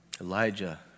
Elijah